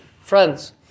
friends